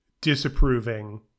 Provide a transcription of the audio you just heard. disapproving